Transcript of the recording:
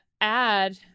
add